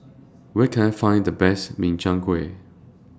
Where Can I Find The Best Makchang Gui